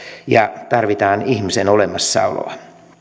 ja tarvitaan ihmisen olemassaoloa